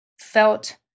felt